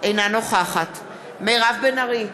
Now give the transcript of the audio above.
אינה נוכחת מירב בן ארי,